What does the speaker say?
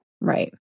Right